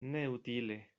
neutile